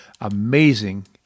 amazing